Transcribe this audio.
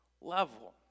level